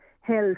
health